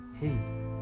hey